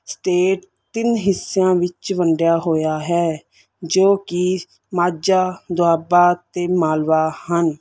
state ਤਿੰਨ ਹਿੱਸਿਆਂ ਵਿੱਚ ਵੰਡਿਆ ਹੋਇਆ ਹੈ ਜੋ ਕਿ ਮਾਝਾ ਦੁਆਬਾ ਅਤੇ ਮਾਲਵਾ ਹਨ